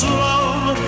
love